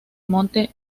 monte